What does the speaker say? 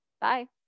Bye